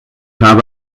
habe